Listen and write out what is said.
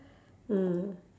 mm